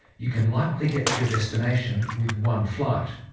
you can likely get to your destination with one flight.